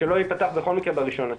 שלא ייפתח בכל מקרה ב-1.9.